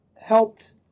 helped